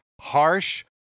harsh